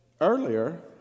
earlier